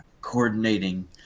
coordinating